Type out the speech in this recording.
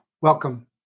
Welcome